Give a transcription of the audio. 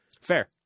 Fair